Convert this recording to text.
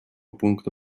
пункта